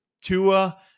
Tua